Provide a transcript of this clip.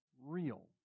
Real